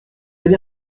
allé